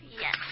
Yes